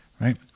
right